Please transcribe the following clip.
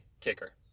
kicker